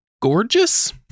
gorgeous